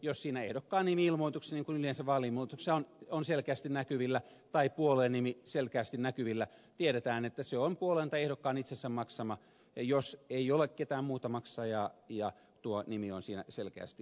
jos siinä on ehdokkaan nimi ilmoituksessa niin kuin yleensä vaali ilmoituksessa on selkeästi näkyvillä tai puolueen nimi selkeästi näkyvillä tiedetään että se on puolueen tai ehdokkaan itsensä maksama jos ei ole ketään muuta maksajaa ja tuo nimi on siinä selkeästi esillä